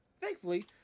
thankfully